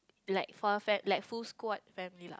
like far fat like full squat family